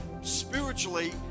spiritually